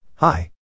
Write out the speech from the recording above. Hi